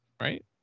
Right